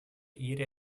ihre